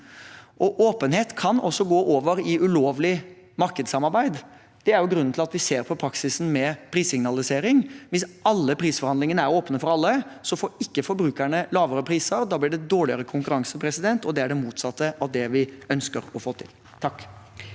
Åpenhet kan også gå over i ulovlig markedssamarbeid. Det er grunnen til at vi ser på praksisen med prissignalisering. Hvis alle prisforhandlingene er åpne for alle, får ikke forbrukerne lavere priser. Da blir det dårligere konkurranse, og det er det motsatte av det vi ønsker å få til.